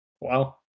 wow